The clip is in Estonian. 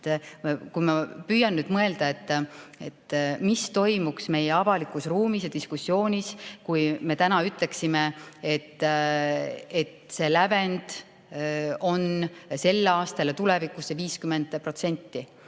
ma püüan nüüd mõelda, mis toimuks meie avalikus ruumis ja diskussioonis, kui me ütleksime, et see lävend on sel aastal ja tulevikus 50%,